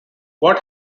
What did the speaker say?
what